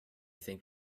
think